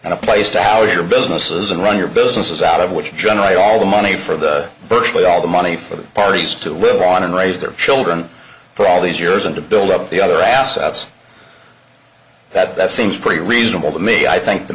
and a place to our businesses and run your business out of which generate all the money for the virtually all the money for the parties to live on and raise their children for all these years and to build up the other assets that that seems pretty reasonable to me i think the